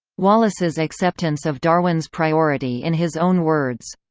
wallace's acceptance of darwin's priority in his own words.